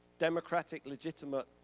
democratic, legitimate,